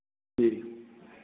जी